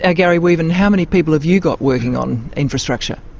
ah garry weaven, how many people have you got working on infrastructure?